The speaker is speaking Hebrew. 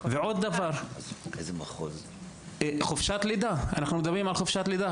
עוד דבר, אנחנו מדברים על חופשת לידה.